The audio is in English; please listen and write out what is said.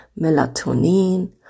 melatonin